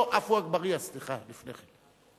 לא, סליחה, עפו אגבאריה לפני כן.